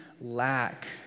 lack